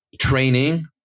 training